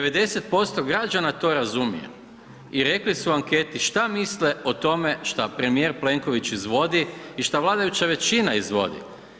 90% građana to razumije i rekli su u anketi što misle o tome što premijer Plenković izvodi i što vladajuća većina izvodi.